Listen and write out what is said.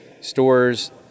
stores